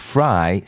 Fry